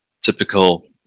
typical